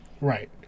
Right